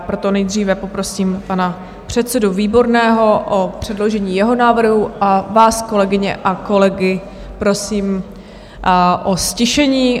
Proto nejdříve poprosím pana předsedu Výborného o předložení jeho návrhu a vás, kolegyně a kolegy, prosím o ztišení.